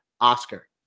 Oscar